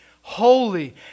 holy